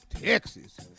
Texas